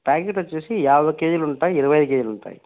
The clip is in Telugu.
ప్యాకెట్ వచ్చి యాభై కేజీలుంటాయి ఇరవై కేజీలు ఉంటాయి